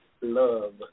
love